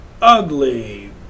ugly